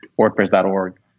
WordPress.org